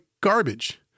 garbage